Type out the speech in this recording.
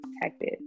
protected